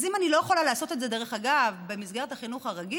אז אם אני לא יכולה לעשות את זה במסגרת החינוך הרגיל,